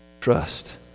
trust